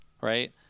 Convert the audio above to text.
right